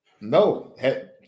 No